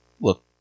look